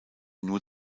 nur